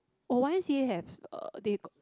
oh Y_M_C_A have uh they got